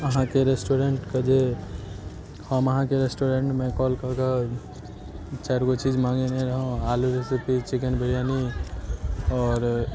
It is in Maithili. अहाँके रेस्टूरेंटके जे हम अहाँके रेस्टूरेंटमे कॉल करके चारिगो चीज मँगेने रहूॅं आलू रेसिपी चिकेन बिरयानी आओर